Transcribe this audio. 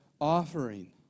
offering